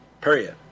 period